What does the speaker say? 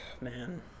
man